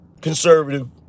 conservative